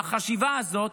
מהחשיבה הזאת,